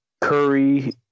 Curry